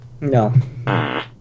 no